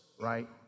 right